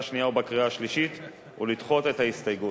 השנייה ובקריאה השלישית ולדחות את ההסתייגות.